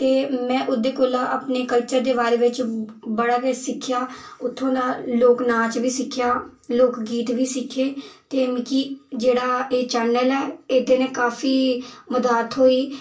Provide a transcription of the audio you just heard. ते में ओह्दे कोला अपने कल्चर दे बारै बिच्च बड़ा किश सिक्खेआ उत्थुं दा लोक नाच बी सिक्खेआ लोक गीत बी सिक्खे ते मिकी जेह्ड़ा एह् चैनल ऐ एह्दे ने काफी मदाद थ्होई